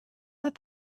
that